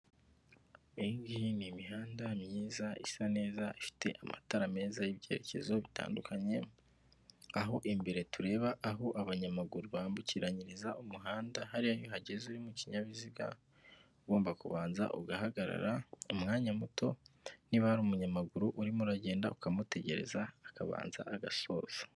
Iyi ngiyi ni imihanda myiza isa neza ifite amatara meza y'ibyerekezo bitandukanye, aho imbere tureba aho abanyamaguru bambukiranyiriza umuhanda, hariya iyo uhageze uri mu kinyabiziga ugomba kubanza ugahagarara umwanya muto, niba hari umunyamaguru urimo uragenda ukamutegereza akabanza agasoza.